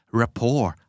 rapport